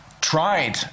tried